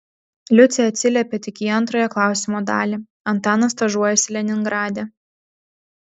liucė atsiliepė tik į antrąją klausimo dalį antanas stažuojasi leningrade